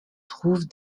trouvent